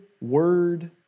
word